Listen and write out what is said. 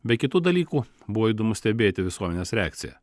be kitų dalykų buvo įdomu stebėti visuomenės reakciją